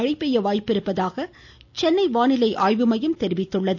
மழை பெய்ய வாய்ப்பிருப்பதாக சென்னை வானிலைஆய்வு மையம் தெரிவித்துள்ளது